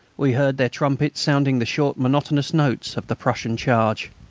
we heard their trumpets sounding the short, monotonous notes of the prussian charge.